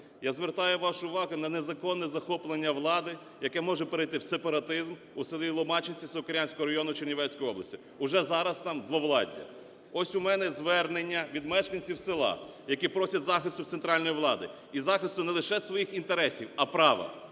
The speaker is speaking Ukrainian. Я звертаю вашу увагу на незаконне захоплення влади, яке може перейти в сепаратизм у селіЛомачинці Сокирянського району Чернівецької області, уже зараз там двовладдя. Ось у мене звернення від мешканців села, які просять захисту в центральної влади і захисту не лише своїх інтересів, а права.